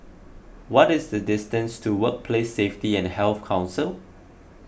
what is the distance to Workplace Safety and Health Council